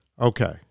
Okay